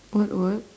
what what